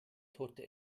torte